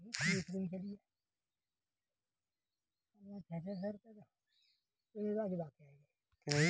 प्रीतम ने अपने मुर्गियों को ज्यादा एंटीबायोटिक देकर अंडो की गुणवत्ता बिगाड़ ली